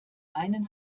einen